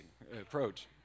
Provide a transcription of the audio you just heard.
approach